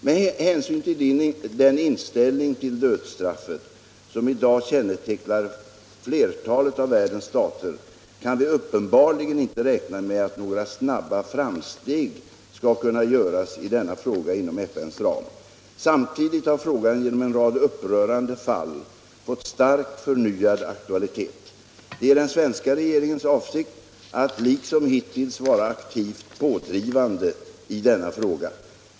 Med hänsyn till den inställning till dödsstraffet som i dag kännetecknar flertalet av världens stater kan vi uppenbarligen inte räkna med att några snabba frarasteg skall kunna göras i denna fråga inom FN:s ram. Samtidigt har frågan genom en rad upprörande fall fått stark förnyad aktualitet. Det är svenska regeringens avsikt att liksom hittills vara aktivt pådrivande i denna fråga.